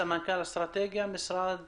סמנכ"ל אסטרטגיה משרד